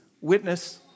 witness